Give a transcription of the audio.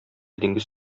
диңгез